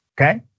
okay